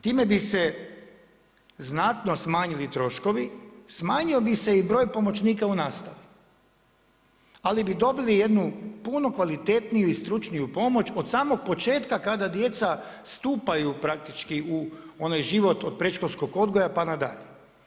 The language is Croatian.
Time bi se znatno smanjili troškovi, smanjio bi se i broj pomoćnika u nastavi, ali bi dobili jednu puno kvalitetniju i stručniju pomoć od samog početka kada djeca stupaju praktički u onaj život od predškolskog odgoja pa nadalje.